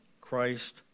Christ